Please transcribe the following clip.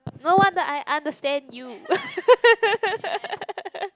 no wonder I understand you